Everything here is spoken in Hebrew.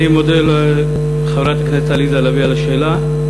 אני מודה לחברת הכנסת עליזה לביא על השאלה.